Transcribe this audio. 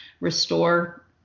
restore